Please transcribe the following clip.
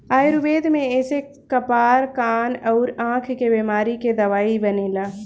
आयुर्वेद में एसे कपार, कान अउरी आंख के बेमारी के दवाई बनेला